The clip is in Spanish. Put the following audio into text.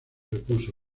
repuso